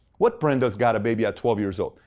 what brenda's got a baby at twelve year's old?